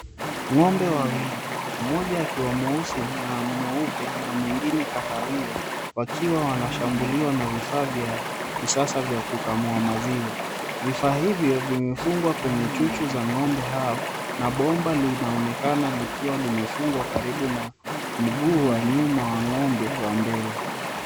Ng'ombe wawili, mmoja akiwa mweusi na mweupe na mwingine kahawia. Wakiwa wanashambuliwa na vifaa vya kisasa vya kukamua maziwa. Vifaa hivyo vimefungwa kwenye chuchu za ng'ombe hao, na bomba linaonekana likiwa limefungwa karibu na mguu wa nyuma wa ng'ombe wa mbele.